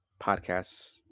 podcasts